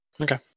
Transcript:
okay